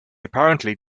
apparently